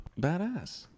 Badass